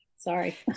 sorry